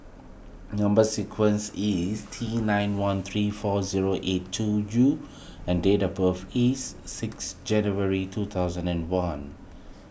Number Sequence is T nine one three four zero eight two U and date of birth is sixth January two thousand and one